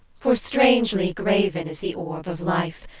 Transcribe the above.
for strangely graven is the orb of life,